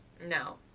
No